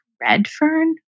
Redfern